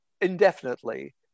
indefinitely